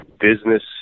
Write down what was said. business